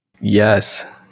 Yes